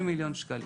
80 מיליון שקלים.